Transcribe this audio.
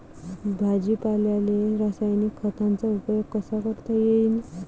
भाजीपाल्याले रासायनिक खतांचा उपयोग कसा करता येईन?